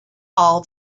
all